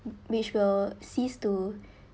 which will cease to